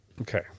Okay